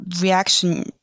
reaction